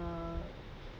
uh